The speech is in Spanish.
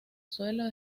suelo